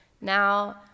Now